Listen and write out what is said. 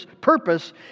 purpose